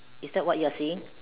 is that what you are saying